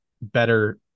better